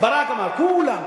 ברק אמר "כו-לם".